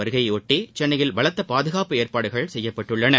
வருகையொட்டி பிரதமரின் சென்னையில் பலத்த பாகுகாப்பு ஏற்பாடுகள் செய்யப்பட்டுள்ளன